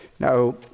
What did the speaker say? Now